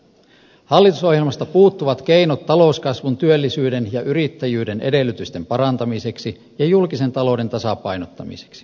hallitusohjelmasta puuttuvat keinot talouskasvun työllisyyden ja yrittäjyyden edellytysten parantamiseksi ja julkisen talouden tasapainottamiseksi